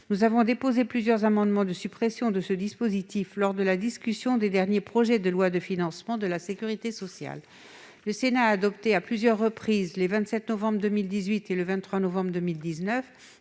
Nous avons déposé plusieurs amendements de suppression de ce dispositif lors de la discussion des derniers projets de loi de financement de la sécurité sociale. Le Sénat a adopté à plusieurs reprises, les 27 novembre 2018 et le 23 novembre 2019